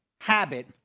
habit